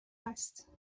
است